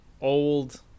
old